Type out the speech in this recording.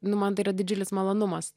nu man tai yra didžiulis malonumas